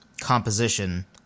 composition